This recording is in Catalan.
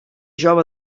jove